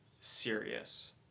serious